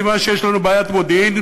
סימן שיש לנו בעיית מודיעין.